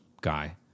guy